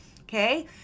okay